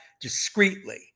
discreetly